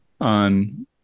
on